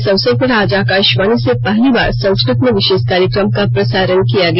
इस अवसर पर आज आकाशवाणी से पहली बार संस्कृत में विशेष कार्यक्रम का प्रसारण किया गया